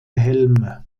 helme